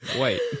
Wait